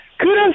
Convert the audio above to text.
kudos